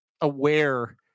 aware